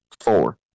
four